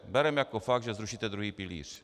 Bereme jako fakt, že zrušíte druhý pilíř.